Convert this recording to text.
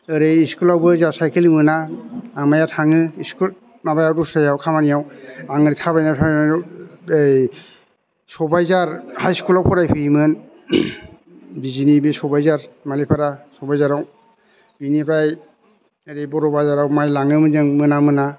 ओरै स्कुलावबो जाहा साइखेल मोना आमाइआ थाङो स्कुल माबायाव दस्रा खामानियाव आं ओरै थाबायनानै ओइ सबायजार हाइ स्कुलाव फरायहैयोमोन बिजिनि बे सबायजार माइलिपारा सबायजाराव बिनिफ्राय ओरै बर' बाजाराव माइ लाङोमोन जों मोना मोना